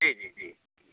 जी जी जी